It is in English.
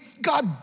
God